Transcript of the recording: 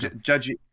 judge